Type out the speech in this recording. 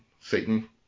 Satan